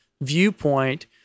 viewpoint